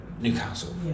Newcastle